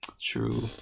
True